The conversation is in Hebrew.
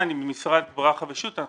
ממשרד ברכה ושות'.